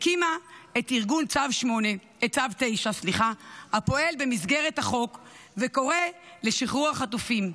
היא הקימה את ארגון צו 9 הפועל במסגרת החוק וקורא לשחרור החטופים.